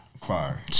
Fire